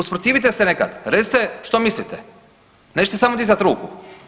Usprotivite se nekad recite što mislite, nećete samo dizati ruku.